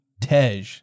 Tej